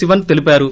శివస్ తెలిపారు